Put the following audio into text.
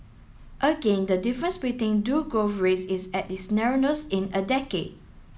again the difference between two growth rates is at its narrowest in a decade